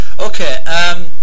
Okay